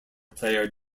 player